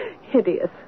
hideous